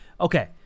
Okay